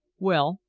well,